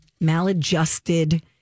maladjusted